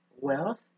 wealth